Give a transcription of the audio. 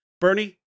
Bernie